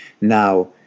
Now